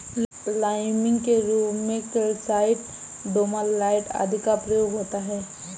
liming के रूप में कैल्साइट, डोमालाइट आदि का प्रयोग होता है